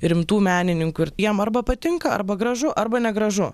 rimtų menininkų ir jam arba patinka arba gražu arba negražu